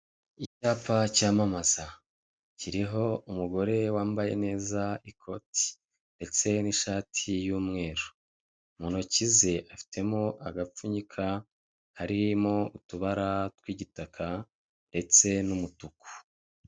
Icyapa cyamamaza. Kiriho umugore wambaye neza ikoti, ndetse n'ishati y'umweru. Mu ntoki ze afitemo agapfunyika karimo utubara tw'igitaka ndetse n'umutuku.